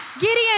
Gideon